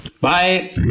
bye